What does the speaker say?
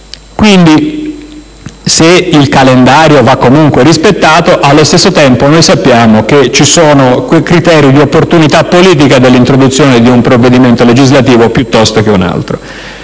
Pertanto, se il calendario va comunque rispettato, allo stesso tempo sappiamo che ci sono criteri di opportunità politica dell'introduzione di un provvedimento legislativo piuttosto che un altro.